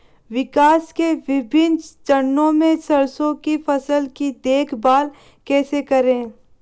विकास के विभिन्न चरणों में सरसों की फसल की देखभाल कैसे करें?